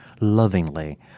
lovingly